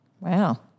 Wow